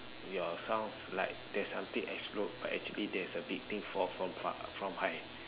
your sound like that something explode but actually there is a big thing falls from height